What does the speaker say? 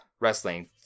wrestling